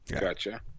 Gotcha